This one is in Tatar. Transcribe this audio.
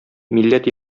милләт